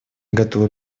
готовы